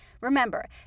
Remember